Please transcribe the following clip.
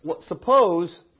suppose